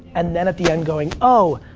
and then at the end going, oh,